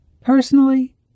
Personally